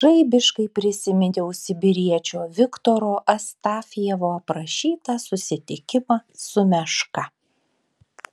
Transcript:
žaibiškai prisiminiau sibiriečio viktoro astafjevo aprašytą susitikimą su meška